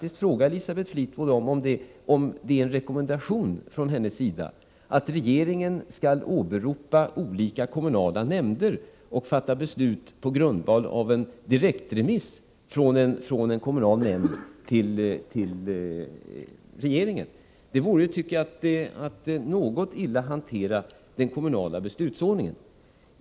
Jag måste fråga Elisabeth Fleetwood om det är en rekommendation från hennes sida att regeringen skall åberopa olika kommunala nämnder och fatta beslut på grundval av en direktremiss från en kommunal nämnd till regeringen. Det vore enligt min mening att något illa hantera den kommunala beslutsordningen.